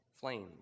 flames